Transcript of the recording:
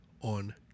on